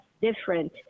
different